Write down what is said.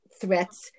threats